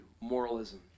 moralism